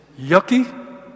yucky